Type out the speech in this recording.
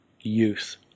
youth